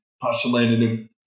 postulated